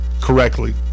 correctly